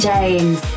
James